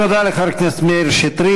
תודה לחבר הכנסת מאיר שטרית.